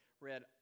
read